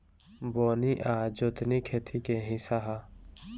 बोअनी आ जोतनी खेती के हिस्सा ह